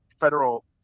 federal